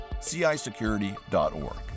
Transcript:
cisecurity.org